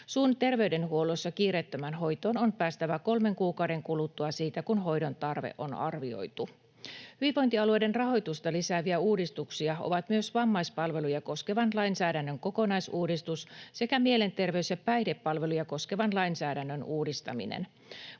Suun terveydenhuollossa kiireettömään hoitoon on päästävä kolmen kuukauden kuluttua siitä, kun hoidon tarve on arvioitu. Hyvinvointialueiden rahoitusta lisääviä uudistuksia ovat myös vammaispalveluja koskevan lainsäädännön kokonaisuudistus sekä mielenterveys- ja päihdepalveluja koskevan lainsäädännön uudistaminen.